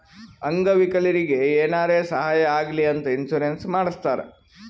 ಅಂಗ ವಿಕಲರಿಗಿ ಏನಾರೇ ಸಾಹಾಯ ಆಗ್ಲಿ ಅಂತ ಇನ್ಸೂರೆನ್ಸ್ ಮಾಡಸ್ತಾರ್